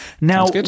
Now